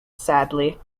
sadly